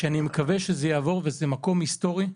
אני מקווה שזה יעבור, וזה מקום היסטורי.